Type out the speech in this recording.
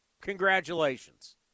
Congratulations